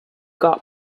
got